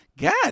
God